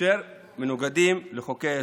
אשר מנוגדים לחוקי-היסוד.